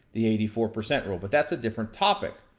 the eighty four percent rule. but that's a different topic.